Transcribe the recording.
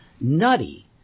nutty